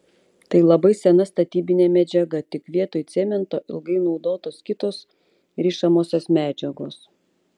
tai labai sena statybinė medžiaga tik vietoj cemento ilgai naudotos kitos rišamosios medžiagos